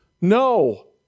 no